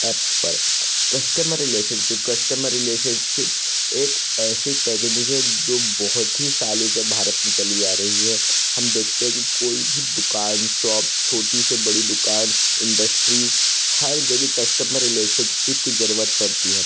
apps पर customer relationship customer relationship एक ऐसी टेक्निक है जो बहुत ही सालों से भारत में चली आ रही है हम देखते हैं कि कोई भी दुकान शॉप छोटी से बड़ी दुकान इंडस्ट्रीज़ हर जगह कस्टमर रीलेशनशीप की जरूरत पड़ती है